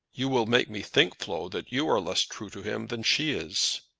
you will make me think, flo, that you are less true to him than she is.